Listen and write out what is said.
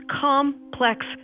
complex